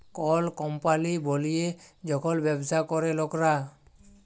call কম্পলি বলিয়ে যখল ব্যবসা ক্যরে লকরা